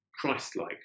Christ-like